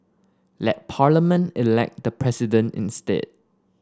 let Parliament elect the President instead